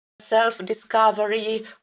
self-discovery